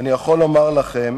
אני יכול לומר לכם